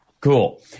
Cool